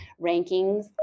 rankings